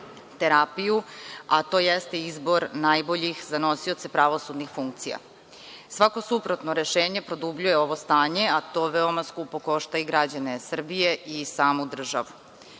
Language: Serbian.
terapiju, a to jeste izbor najboljih za nosioce pravosudnih funkcija. Svako suprotno rešenje produbljuje ovo stanje, a to veoma skupo košta i građane Srbije i samu